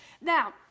Now